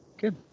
good